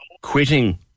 quitting